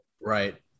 Right